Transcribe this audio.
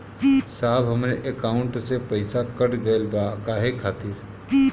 साहब हमरे एकाउंट से पैसाकट गईल बा काहे खातिर?